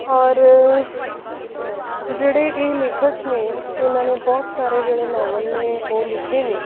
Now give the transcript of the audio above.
ਔਰ ਜਿਹੜੇ ਇਹ ਲੇਖਕ ਨੇ ਇਹਨਾਂ ਨੇ ਬਹੁਤ ਸਾਰੇ ਜਿਹੜੇ ਨੌਵਲ ਨੇ ਉਹ ਲਿਖੇ ਨੇ